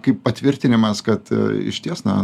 kaip patvirtinimas kad išties na